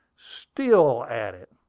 still at it!